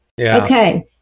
Okay